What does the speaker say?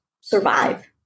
survive